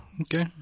Okay